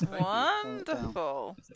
Wonderful